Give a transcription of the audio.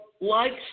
likes